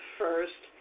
first